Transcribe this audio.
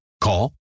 Call